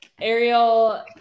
Ariel